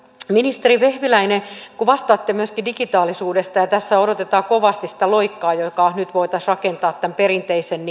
ministeri vehviläinen kun vastaatte myöskin digitaalisuudesta ja tässä odotetaan kovasti sitä loikkaa joka nyt voitaisiin rakentaa tämän perinteisen